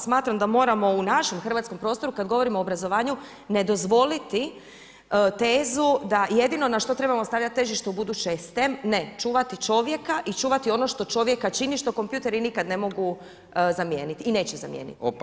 Smatram da moramo u našem hrvatskom prostoru kada govorimo o obrazovanju ne dozvoliti tezu da jedino na što trebamo stavljati težište u buduće je STEM, ne, čuvati čovjeka i čuvati ono što čovjeka čini, što kompjuteri nikada ne mogu zamijeniti i neće zamijeniti.